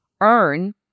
earn